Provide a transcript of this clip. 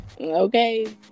Okay